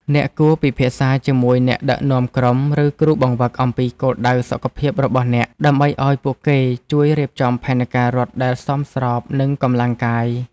អ្នកគួរពិភាក្សាជាមួយអ្នកដឹកនាំក្រុម ឬគ្រូបង្វឹកអំពីគោលដៅសុខភាពរបស់អ្នក ដើម្បីឱ្យពួកគេជួយរៀបចំផែនការរត់ដែលសមស្របនឹងកម្លាំងកាយ។